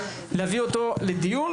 להביא אותו לדיון,